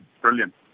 brilliant